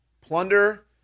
Plunder